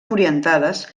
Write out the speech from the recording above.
orientades